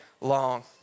long